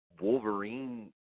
Wolverine